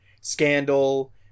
scandal